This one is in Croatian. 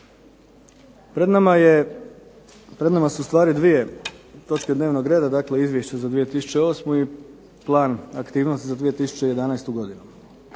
pred nama su ustvari dvije točke dnevnog reda dakle Izvješće za 2008. i plan aktivnosti za 2011. godinu.